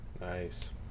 Nice